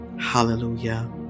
hallelujah